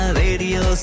radio